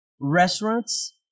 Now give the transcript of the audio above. restaurants